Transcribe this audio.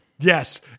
Yes